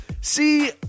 see